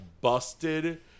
busted